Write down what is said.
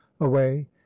away